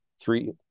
three